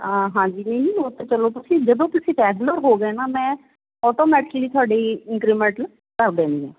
ਹਾਂ ਹਾਂ ਜੀ ਉੱਥੇ ਚਲੋ ਤੁਸੀਂ ਜਦੋਂ ਤੁਸੀਂ ਰੈਗੂਲਰ ਹੋ ਗਏ ਨਾ ਮੈਂ ਆਟੋਮੈਟਿਕਲੀ ਤੁਹਾਡੀ ਇੰਕਰੀਮੈਂਟਲ ਕਰ ਦੇਣੀ